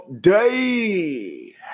day